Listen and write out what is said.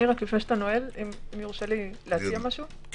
אם יורשה לי להציע - לקראת